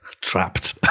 trapped